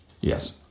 Yes